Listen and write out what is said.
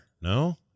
No